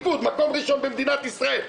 מקום ראשון במדינת ישראל.